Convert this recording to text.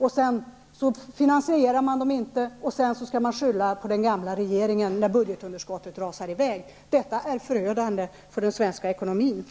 det. Sedan finansierar man dem inte och när budgetunderskottet rusar iväg skyller man på den gamla regeringen. Detta är förödande för den svenska ekonomin.